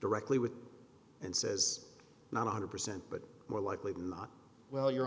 directly with and says not one hundred percent but more likely than not well you